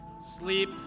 Sleep